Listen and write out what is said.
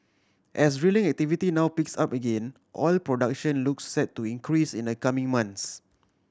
as drilling activity now picks up again oil production looks set to increase in the coming months